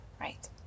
right